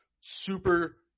super